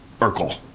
Urkel